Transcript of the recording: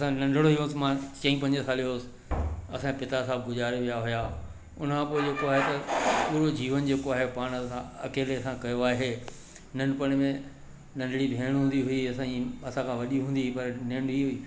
असां नंढणो ई हुयुसि मां चईं पंजे सालें जो हुयुसि असांजा पिता साहिबु गुज़ारे विया हुया उन खां पोइ जेको आहे त पूरो जीवन जेको आहे पाण असां अकेले असां कयो आहे नंढपण में नंढिणी भेण हूंदी हुई असांजी असांखा वॾी हूंदी हुई पर नंढी हुई